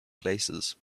places